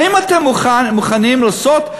האם אתם מוכנים לעשות,